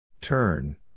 Turn